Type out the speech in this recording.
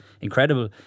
incredible